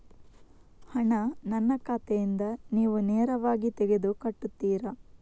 ಹಣ ನನ್ನ ಖಾತೆಯಿಂದ ನೀವು ನೇರವಾಗಿ ತೆಗೆದು ಕಟ್ಟುತ್ತೀರ?